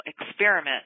experiment